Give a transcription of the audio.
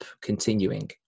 continuing